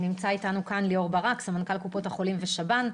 נמצא איתנו ליאור ברק, סמנכ"ל קופות החולים ושב"ן.